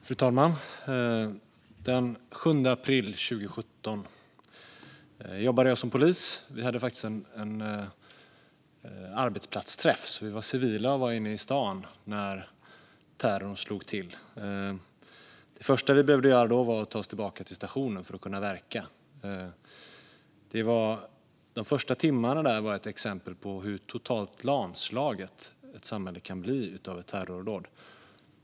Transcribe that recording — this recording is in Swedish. Fru talman! Den 7 april 2017 jobbade jag som polis. Vi hade faktiskt en arbetsplatsträff, så vi var civila och var inne i stan när terrorn slog till. Det första vi då behövde göra var att ta oss tillbaka till stationen för att kunna verka. De första timmarna var ett exempel på hur totalt lamslaget ett samhälle kan bli av ett terrordåd.